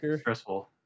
stressful